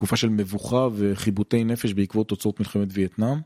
תקופה של מבוכה וחיבוטי נפש בעקבות תוצאות מלחמת וייטנאם